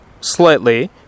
slightly